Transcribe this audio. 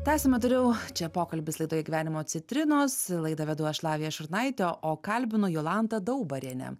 tęsiame toliau čia pokalbis laidoje gyvenimo citrinos laidą vedu aš lavija šurnaitė o kalbino jolanta daubariene